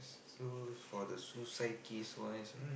so for the suicide case wise